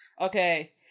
Okay